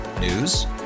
News